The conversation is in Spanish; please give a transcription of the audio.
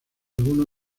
alguno